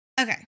Okay